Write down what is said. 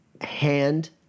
hand